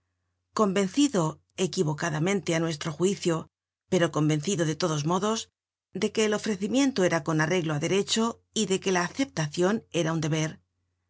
convencido equivocadamente á nuestro juicio pero convencido de todos modos de que el ofrecimiento era con arreglo á derecho y de que la aceptacion era un deber